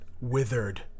withered